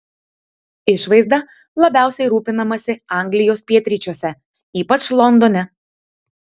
išvaizda labiausiai rūpinamasi anglijos pietryčiuose ypač londone